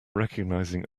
recognizing